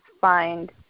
find